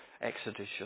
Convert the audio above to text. Exodus